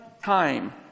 time